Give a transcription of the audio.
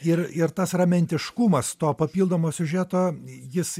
ir ir tas ramentiškumas to papildomo siužeto jis